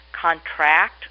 contract